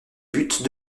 buts